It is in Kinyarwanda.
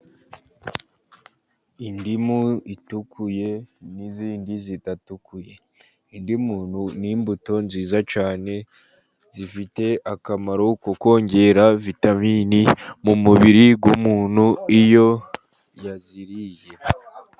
Indimu itukuye n'izindi zidatukuye. Indimu ni imbuto nziza cyane, zifite akamaro ko kongera vitamini mu mubiri w'umuntu iyo yaziriye.